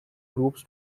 groups